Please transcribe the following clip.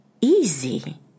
easy